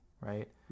right